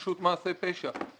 פשוט מעשה פשע.